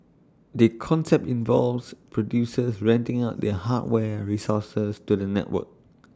the concept involves producers renting out their hardware resources to the network